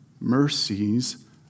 mercies